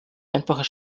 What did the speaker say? einfacher